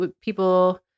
people